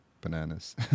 bananas